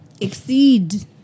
Exceed